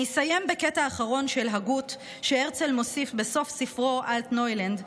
אני אסיים בקטע אחרון של הגות שהרצל מוסיף בסוף ספרו אלטנוילנד,